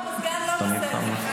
המזגן לא בסדר.